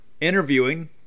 interviewing